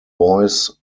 voice